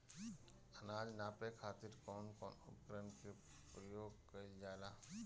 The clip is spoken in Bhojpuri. अनाज नापे खातीर कउन कउन उपकरण के प्रयोग कइल जाला?